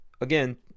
Again